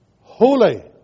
holy